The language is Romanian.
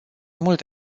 mult